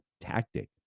tactic